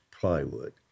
plywood